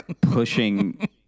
pushing